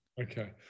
Okay